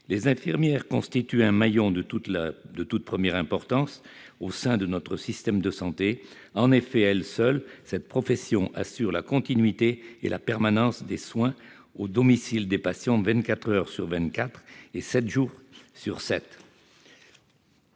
Les infirmières constituent un maillon de toute première importance au sein de notre système de santé. En effet, à elle seule, cette profession assure la continuité et la permanence des soins au domicile des patients, vingt-quatre heures sur